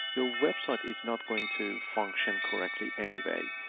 your website is not going to function correctly anyway,